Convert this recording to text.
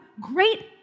great